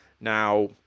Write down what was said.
Now